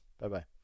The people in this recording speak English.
Bye-bye